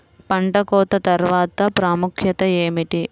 పంట కోత తర్వాత ప్రాముఖ్యత ఏమిటీ?